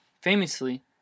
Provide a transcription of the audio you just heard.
Famously